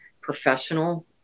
professional